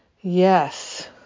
Yes